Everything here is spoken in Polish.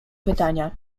pytania